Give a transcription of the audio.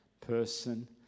person